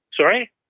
Sorry